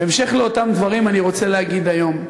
בהמשך לאותם דברים אני רוצה להגיד היום: